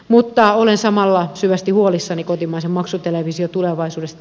mutta olen samalla syvästi huolissani kotimaisen maksutelevision tulevaisuudesta